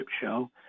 Show